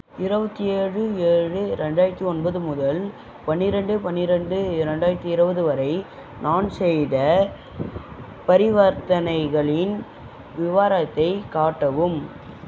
இருபத்தி ஏழு ஏழு இரண்டாயிரத்து ஒன்பது முதல் பன்னிரெண்டு பன்னிரெண்டு இரண்டாயிரத்து இருபது வரை நான் செய்த பரிவர்த்தனைகளின் விவரத்தை காட்டவும்